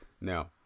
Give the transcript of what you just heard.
Now